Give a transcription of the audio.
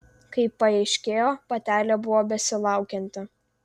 kaip paaiškėjo patelė buvo besilaukianti